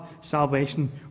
salvation